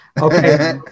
Okay